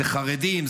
זה חרדים,